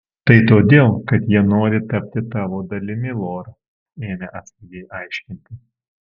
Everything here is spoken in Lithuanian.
tai todėl kad jie nori tapti tavo dalimi lora ėmė atsargiai aiškinti